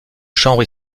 chambre